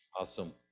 Awesome